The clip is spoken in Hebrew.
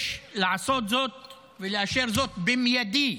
יש לעשות זאת ולאשר זאת במיידי.